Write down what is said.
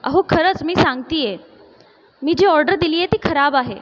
अहो खरंच मी सांगते आहे मी जी ऑर्डर दिली आहे ती खराब आहे